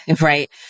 Right